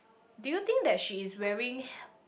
do you think that she is wearing